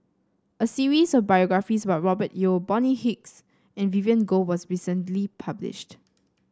a series of biographies about Robert Yeo Bonny Hicks and Vivien Goh was recently published